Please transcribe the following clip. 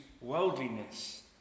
worldliness